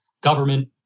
government